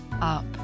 up